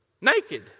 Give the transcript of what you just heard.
Naked